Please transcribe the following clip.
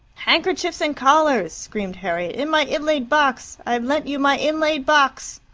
handkerchiefs and collars, screamed harriet, in my inlaid box! i've lent you my inlaid box.